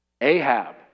Ahab